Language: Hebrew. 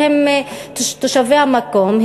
שהם תושבי המקום,